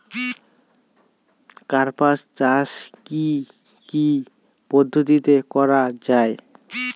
কার্পাস চাষ কী কী পদ্ধতিতে করা য়ায়?